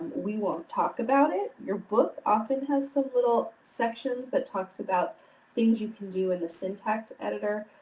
we won't talk about it. your book often has some little sections that talks about things you can do in the syntax editor.